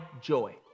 joy